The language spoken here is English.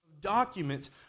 documents